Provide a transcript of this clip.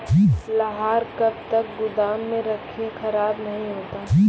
लहार कब तक गुदाम मे रखिए खराब नहीं होता?